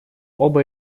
оба